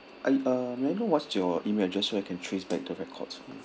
I uh may I know what's your email address so I can trace back the records